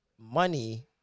money